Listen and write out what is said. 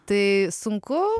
tai sunku